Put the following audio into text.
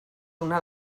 una